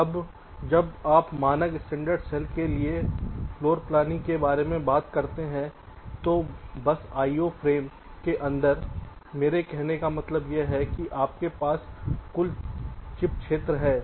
अब जब आप मानक स्टैंडर्ड सेल के लिए फ्लोरप्लॉनिंग के बारे में बात करते हैं तो बस IO फ्रेम के अंदर मेरे कहने का मतलब यह है कि आपके पास कुल चिप क्षेत्र है